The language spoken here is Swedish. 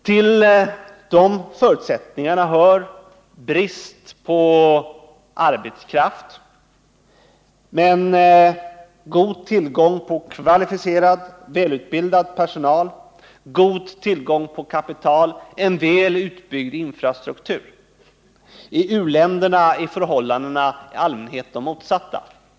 Till de förutsättningarna hör brist på arbetskraft men god tillgång på kvalificerad och välutbildad personal, god tillgång på kapital samt en väl utbyggd infrastruktur. I u-länderna är förhållandena i allmänhet de motsatta.